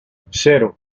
cero